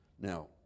Now